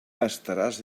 estaràs